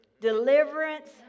deliverance